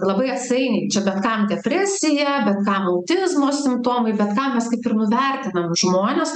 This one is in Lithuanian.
labai atsainiai čia bet kam depresija bet kam autizmo simptomai bet kam mes kaip ir nuvertinam žmones